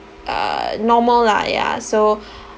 uh normal lah ya so